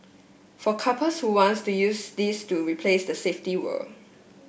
for couples who wants to use this to replace the safety word